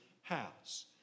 house